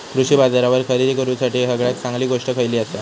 कृषी बाजारावर खरेदी करूसाठी सगळ्यात चांगली गोष्ट खैयली आसा?